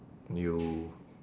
you